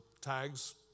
tags